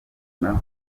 naho